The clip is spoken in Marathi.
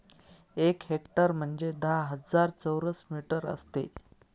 एक हेक्टर म्हणजे दहा हजार चौरस मीटर असते